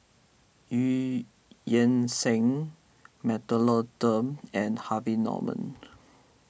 Eu Yan Sang Mentholatum and Harvey Norman